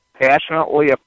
passionately